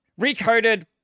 Recoded